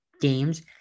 games